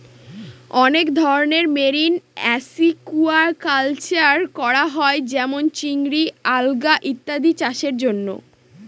অনেক ধরনের marine aquaculture করা হয় যেমন চিংড়ি, আলগা ইত্যাদি চাষের জন্য